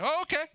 okay